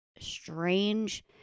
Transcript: strange